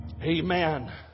Amen